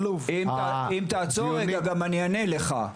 אם תעצור רגע אני גם אענה לך.